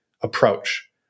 approach